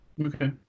Okay